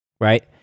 right